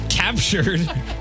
Captured